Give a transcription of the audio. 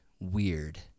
weird